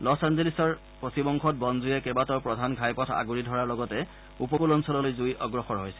loss এঞ্জেলিছৰ পশ্চিম অংশত বনজুইয়ে কেইবাটাও প্ৰধান ঘাইপথ আগুৰী ধৰাৰ লগতে উপকূল অঞ্চললৈ জুই অগ্ৰসৰ হৈছে